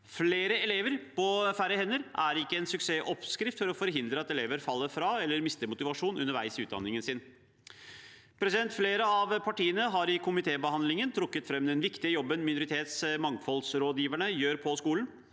Flere elever på færre hender er ikke en suksessoppskrift for å forhindre at elever faller fra eller mister motivasjonen underveis i utdanningen sin. Flere av partiene har i komitébehandlingen trukket fram den viktige jobben som minoritets- og mangfoldsrådgiverne gjør i skolen.